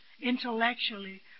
intellectually